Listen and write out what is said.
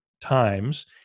times